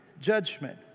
judgment